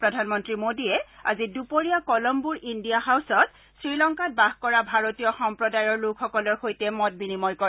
প্ৰধানমন্ত্ৰী মোডীয়ে আজি দুপৰীয়া কলম্বোৰ ইণ্ডিয়া হাউছত শ্ৰীলংকাত বাস কৰা ভাৰতীয় সম্প্ৰদায়ৰ লোকসকলৰ সৈতে মত বিনিময় কৰে